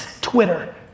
Twitter